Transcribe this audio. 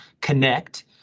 connect